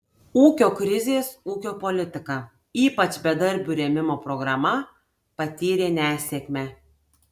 ūkio krizės ūkio politika ypač bedarbių rėmimo programa patyrė nesėkmę